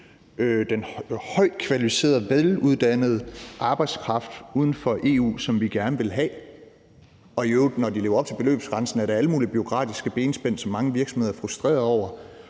den højt kvalificerede, veluddannede arbejdskraft uden for EU, som vi gerne vil have – og når de så lever op til beløbsgrænsen, er der i øvrigt alle mulige bureaukratiske benspænd, som mange virksomheder er frustrerede over